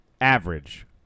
average